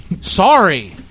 Sorry